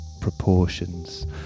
proportions